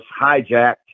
hijacked